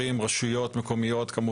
גם הוא חלק מאחריות מערך הדיגיטל